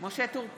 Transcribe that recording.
משה טור פז,